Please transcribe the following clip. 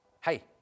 Hey